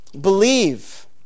Believe